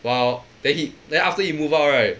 while then he then after he move out right